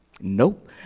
nope